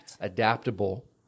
adaptable